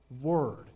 word